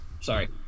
Sorry